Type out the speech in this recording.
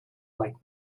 like